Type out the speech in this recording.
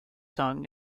sung